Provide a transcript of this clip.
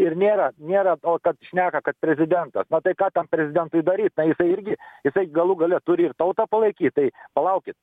ir nėra nėra o kad šneka kad prezidentas na tai ką tam prezidentui daryt na jisai irgi jisai galų gale turi ir tautą palaikyt tai palaukit